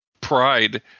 pride